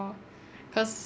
cause